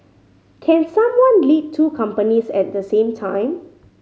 can someone lead two companies at the same time